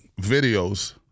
videos